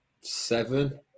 seven